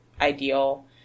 ideal